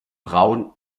braun